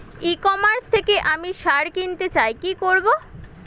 ই commerce থেকে আমি সার কিনতে চাই কি করব?